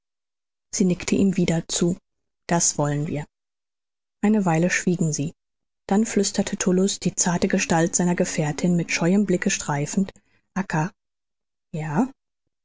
sie nickte ihm wieder zu das wollen wir eine weile schwiegen sie dann flüsterte tullus die zarte gestalt seiner gefährten mit scheuem blicke streifend acca ja